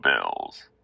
Bills